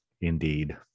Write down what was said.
Indeed